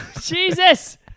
Jesus